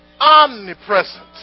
Omnipresent